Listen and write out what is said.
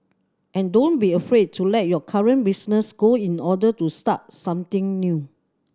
and don't be afraid to let your current business go in order to start something new